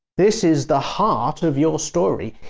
this is the heart of your story.